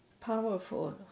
powerful